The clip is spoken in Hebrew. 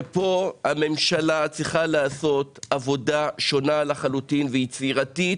ופה הממשלה צריכה לעשות עבודה שונה לחלוטין ויצירתית,